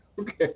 Okay